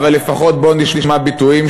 אבל לפחות בואו נשמע ביטויים,